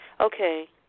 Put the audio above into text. Okay